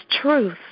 truth